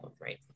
right